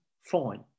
fine